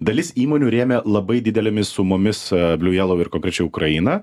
dalis įmonių rėmė labai didelėmis sumomis a bliu jelou ir konkrečiai ukrainą